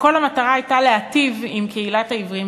וכל המטרה הייתה להטיב עם קהילת העיוורים